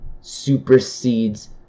supersedes